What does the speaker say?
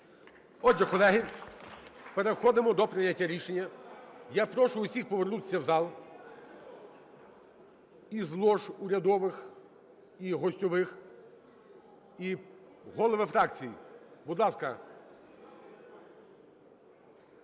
Отже, колеги, переходимо до прийняття рішення. Я прошу всіх повернутися в зал із лож урядових і гостьових. І, голови фракцій, будь ласка…